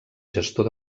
gestor